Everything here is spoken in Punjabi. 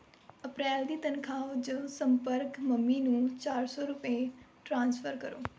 ਅਪ੍ਰੈਲ ਦੀ ਤਨਖਾਹ ਵਜੋਂ ਸੰਪਰਕ ਮੰਮੀ ਨੂੰ ਚਾਰ ਸੌ ਰੁਪਏ ਟ੍ਰਾਂਸਫਰ ਕਰੋ